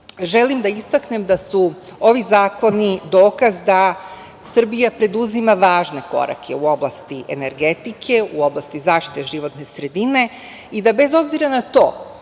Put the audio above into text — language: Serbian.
želim da istaknem da su ovi zakoni dokaz da Srbija preduzima važne korake u oblasti energetike, u oblasti zaštite životne sredine, i da bez obzira na to